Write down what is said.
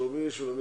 שלומית.